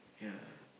ya